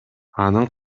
анын